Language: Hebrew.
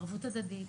ערבות הדדית,